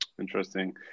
Interesting